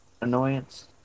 annoyance